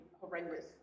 horrendous